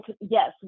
yes